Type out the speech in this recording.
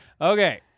Okay